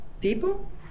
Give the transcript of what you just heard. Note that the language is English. people